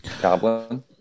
goblin